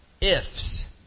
ifs